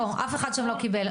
בואו אף אחד שם לא קיבל,